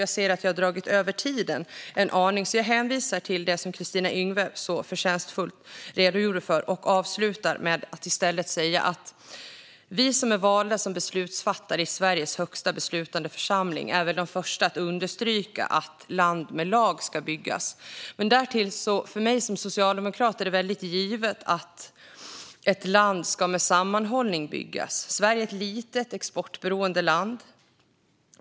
Jag ser att jag har dragit över talartiden en aning, och jag hänvisar därför till det som Kristina Yngwe så förtjänstfullt redogjorde för. Jag avslutar i stället med att säga att vi som är valda som beslutsfattare i Sveriges högsta beslutande församling väl är de första att understryka att land med lag ska byggas. Därtill är det för mig som socialdemokrat givet att ett land ska med sammanhållning byggas. Sverige är ett litet, exportberoende land.